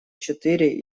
четыре